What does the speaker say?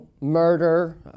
murder